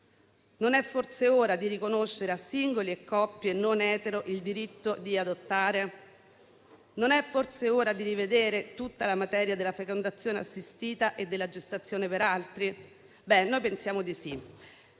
Non è forse ora di riconoscere a singoli e coppie non etero il diritto di adottare? Non è forse ora di rivedere tutta la materia della fecondazione assistita e della gestazione per altri? Noi pensiamo di sì.